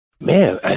Man